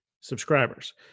subscribers